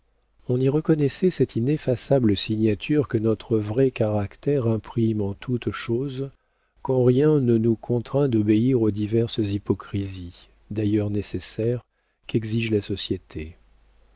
on y reconnaissait cette ineffaçable signature que notre vrai caractère imprime en toutes choses quand rien ne nous contraint d'obéir aux diverses hypocrisies d'ailleurs nécessaires qu'exige la société